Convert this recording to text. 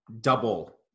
double